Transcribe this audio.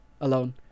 alone